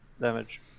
damage